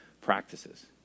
practices